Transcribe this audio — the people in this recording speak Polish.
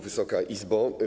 Wysoka Izbo!